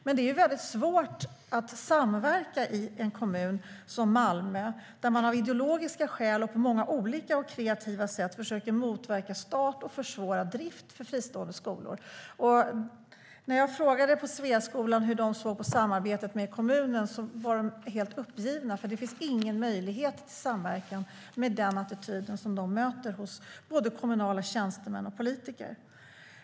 Men det är väldigt svårt att samverka i en kommun som Malmö, där man av ideologiska skäl och på många olika och kreativa sätt försöker motverka start och försvåra drift av fristående skolor. När jag frågade dem på Sveaskolan hur de såg på samarbetet med kommunen var de helt uppgivna, för det finns ingen möjlighet till samverkan med den attityd som de möter hos både kommunala tjänstemän och politiker.